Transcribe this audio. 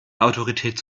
autorität